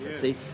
See